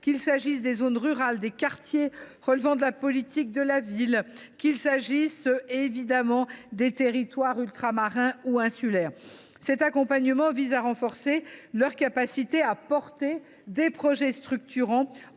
qu’il s’agisse des zones rurales, des quartiers relevant de la politique de la ville ou des territoires ultramarins et insulaires. Cet accompagnement vise à renforcer leur capacité à porter des projets structurants